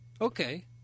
Okay